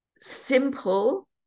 simple